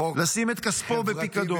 לשים את כספו בפיקדון.